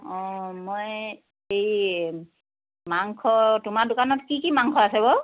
অঁ মই এই মাংস তোমাৰ দোকানত কি কি মাংস আছে বাৰু